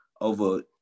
over